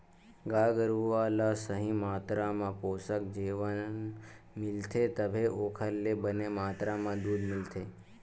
गाय गरूवा ल सही मातरा म पोसक जेवन मिलथे तभे ओखर ले बने मातरा म दूद मिलथे